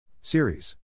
Series